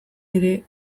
ere